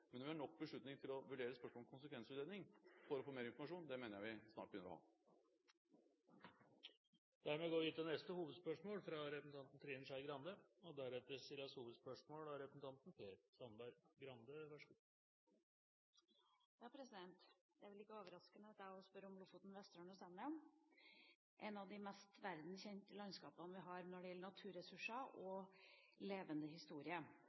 Men vi har nok informasjon til å vurdere spørsmålet om konsekvensutredning for å få mer informasjon – det mener jeg vi snart begynner å ha. Da går vi til neste hovedspørsmål. Det er vel ikke overraskende at jeg også spør om Lofoten, Vesterålen og Senja, et av de mest verdenskjente landskapene vi har når det gjelder naturressurser og levende historie.